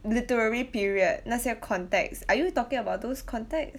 literary period 那些 context are you talking about those context